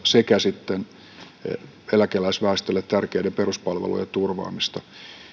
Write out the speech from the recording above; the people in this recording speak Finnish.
sekä sitten eläkeläisväestölle tärkeiden peruspalveluiden turvaamista